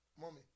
Mommy